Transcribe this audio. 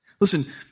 Listen